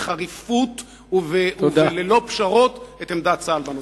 בחריפות וללא פשרות את עמדת צה"ל בנושא.